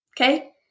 Okay